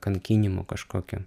kankinimo kažkokio